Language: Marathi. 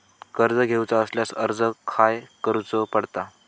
कर्ज घेऊचा असल्यास अर्ज खाय करूचो पडता?